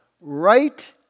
right